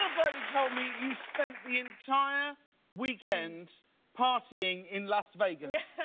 birdie told me you spent the entire weekend partying in las vegas. i